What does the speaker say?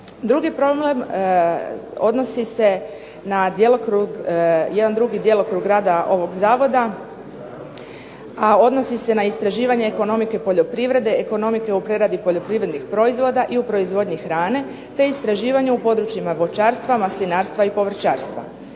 Drugi problem odnosi se na djelokrug, jedan drugi djelokrug rada ovog Zavoda, a odnosi se na istraživanje ekonomike poljoprivrede, ekonomike u preradi poljoprivrednih proizvoda i u proizvodnji hrani, te istraživanja u područjima voćarstva, maslinarstva i povrćarstva.